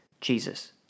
Jesus